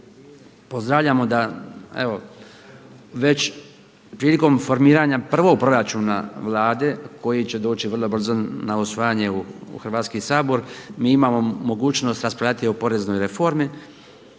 pozdravljamo da evo već prilikom formiranja prvog proračuna Vlade koji će doći vrlo brzo na usvajanje u Hrvatski sabor mi imamo mogućnost raspravljati o poreznoj reformi,